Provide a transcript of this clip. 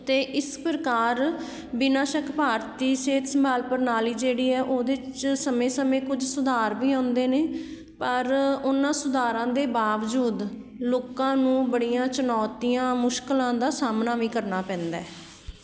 ਅਤੇ ਇਸ ਪ੍ਰਕਾਰ ਬਿਨਾਂ ਸ਼ੱਕ ਭਾਰਤੀ ਸਿਹਤ ਸੰਭਾਲ ਪ੍ਰਣਾਲੀ ਜਿਹੜੀ ਹੈ ਉਹਦੇ 'ਚ ਸਮੇਂ ਸਮੇਂ ਕੁਝ ਸੁਧਾਰ ਵੀ ਆਉਂਦੇ ਨੇ ਪਰ ਉਹਨਾਂ ਸੁਧਾਰਾਂ ਦੇ ਬਾਵਜੂਦ ਲੋਕਾਂ ਨੂੰ ਬੜੀਆਂ ਚੁਣੌਤੀਆਂ ਮੁਸ਼ਕਲਾਂ ਦਾ ਸਾਹਮਣਾ ਵੀ ਕਰਨਾ ਪੈਂਦਾ